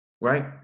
right